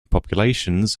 populations